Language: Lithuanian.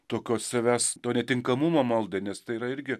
tokios savęs to netinkamumo maldai nes tai yra irgi